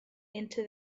into